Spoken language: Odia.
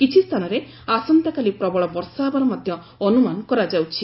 କିଛି ସ୍ଥାନରେ ଆସନ୍ତାକାଲି ପ୍ରବଳ ବର୍ଷା ହେବାର ମଧ୍ୟ ଅନୁମାନ କରାଯାଉଛି